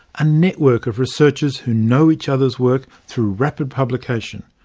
a network of researchers who know each other's work through rapid publication,